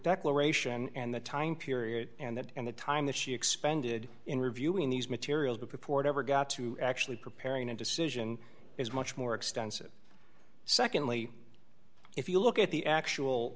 declaration and the time period and that and the time that she expended in reviewing these materials that report ever got to actually preparing a decision is much more extensive secondly if you look at the actual